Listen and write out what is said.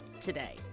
today